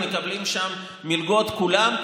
מקבלים שם מלגות כולם,